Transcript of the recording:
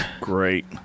Great